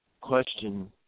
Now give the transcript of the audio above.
question